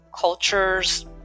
cultures